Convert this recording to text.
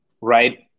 Right